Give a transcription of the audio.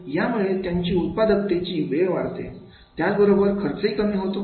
यामुळे त्यांची उत्पादकतेची वेळ वाढते त्याचबरोबर खर्चही कमी होतो